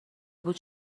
بود